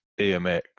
amx